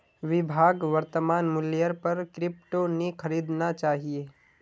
विभाक वर्तमान मूल्येर पर क्रिप्टो नी खरीदना चाहिए